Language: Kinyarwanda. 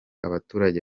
abaturage